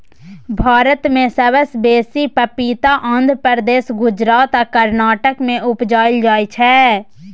भारत मे सबसँ बेसी पपीता आंध्र प्रदेश, गुजरात आ कर्नाटक मे उपजाएल जाइ छै